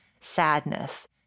sadness